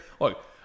Look